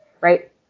right